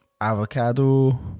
avocado